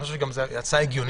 אני חושב שזאת גם הצעה הגיונית.